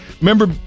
Remember